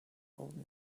old